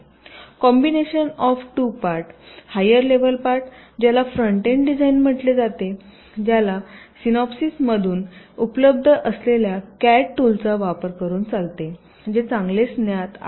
combination of two part higher level part ज्याला front end design म्हटले जाते ज्याला सिनोप्सीमधून उपलब्ध असलेल्या कॅड टूलचा वापर करून चालते जे चांगलेच ज्ञात आहे